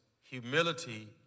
Humility